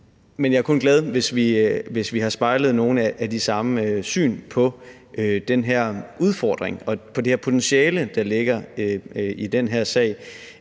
Men jeg kan kun være glad, hvis vi har spejlet nogle af de samme syn på den her udfordring og på det her potentiale, der ligger i den her sag.